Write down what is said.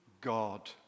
God